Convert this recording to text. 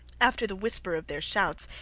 after the whisper of their shouts,